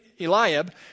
Eliab